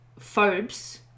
phobes